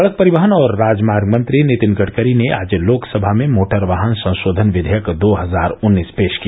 सड़क परिवहन और राजमार्ग मंत्री नितिन गड़करी ने आज लोकसभा में मोटरवाहन संशोधन विधेयक दो हजार उन्नीस पेश किया